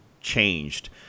changed